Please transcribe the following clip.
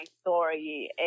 story